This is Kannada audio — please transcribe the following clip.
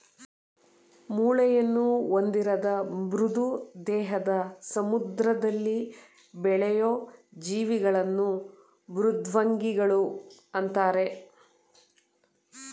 ಮೂಳೆಯನ್ನು ಹೊಂದಿರದ ಮೃದು ದೇಹದ ಸಮುದ್ರದಲ್ಲಿ ಬೆಳೆಯೂ ಜೀವಿಗಳನ್ನು ಮೃದ್ವಂಗಿಗಳು ಅಂತರೆ